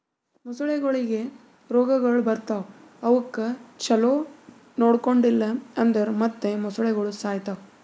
ಮೊಸಳೆಗೊಳಿಗ್ ರೋಗಗೊಳ್ ಬರ್ತಾವ್ ಅವುಕ್ ಛಲೋ ನೊಡ್ಕೊಂಡಿಲ್ ಅಂದುರ್ ಮತ್ತ್ ಮೊಸಳೆಗೋಳು ಸಾಯಿತಾವ್